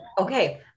okay